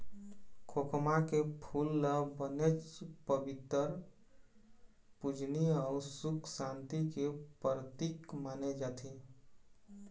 खोखमा के फूल ल बनेच पबित्तर, पूजनीय अउ सुख सांति के परतिक माने जाथे